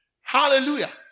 Hallelujah